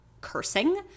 cursing